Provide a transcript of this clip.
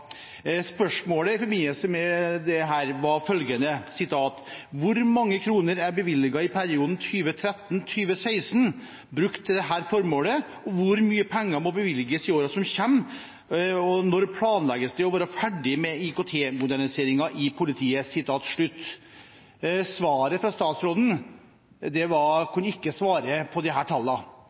i framtiden. Spørsmålet i denne forbindelse var følgende: «Hvor mange kroner er bevilget i perioden 2013-2016 til dette formålet? Hvor mye penger må bevilges i årene som kommer, og når planlegges det å være ferdig med IKT-moderniseringen?» Svaret fra statsråden var at han ikke kunne svare på